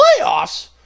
Playoffs